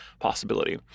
possibility